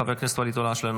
חבר הכנסת ואליד אלהואשלה,